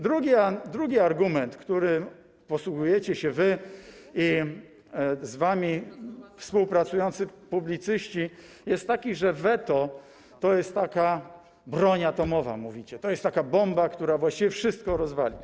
Drugi argument, którym posługujecie się wy i z wami współpracujący publicyści, jest taki, że weto to jest taka broń atomowa, jak mówicie, to jest taka bomba, która właściwie wszystko rozwali.